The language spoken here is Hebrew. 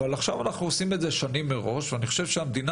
עכשיו אנחנו עושים את זה שנים מראש ואני חושב שהמדינה